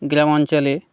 গ্রাম অঞ্চলে